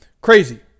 Crazy